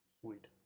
Sweet